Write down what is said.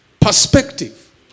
perspective